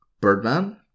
Birdman